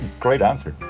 great answer.